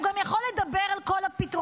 הוא גם יכול לדבר על כל הפתרונות.